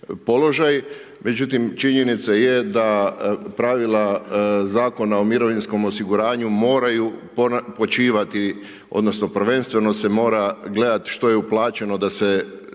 međutim činjenica je da pravila Zakona o mirovinskom osiguranju moraju počivati, odnosno prvenstveno se mora gledat što je uplaćeno da se time